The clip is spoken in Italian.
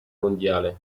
mondiale